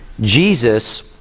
Jesus